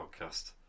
podcast